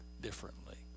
differently